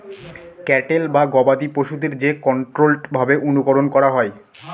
cattle বা গবাদি পশুদের যে কন্ট্রোল্ড ভাবে অনুকরন করা হয়